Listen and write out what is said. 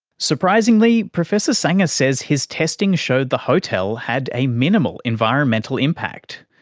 surprisingly, professor saenger says his testing showed the hotel had a minimal environmental impact,